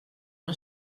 una